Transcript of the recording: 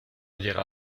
llega